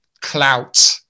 clout